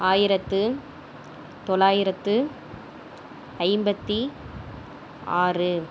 ஆயிரத்து தொள்ளாயிரத்தி ஐம்பத்தி ஆறு